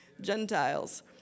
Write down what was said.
Gentiles